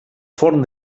forn